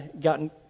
gotten